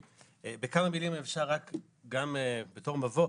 בכמה מילים אפשר רק גם בתור מבוא.